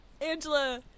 Angela